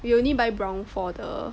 we only buy brown for the